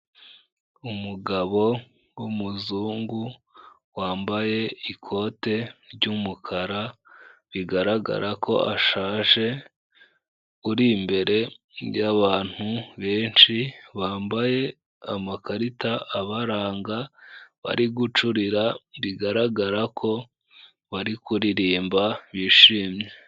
Umugabo w'umuzungu, wambaye ikote ry'umukara, bigaragara ko ashaje, uri imbere y'abantu benshi, bambaye amakarita abaranga, bari gucurira, bigaragara ko bari kuririmba, bishimye.